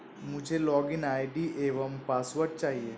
मुझें login ID एवं password चाहिए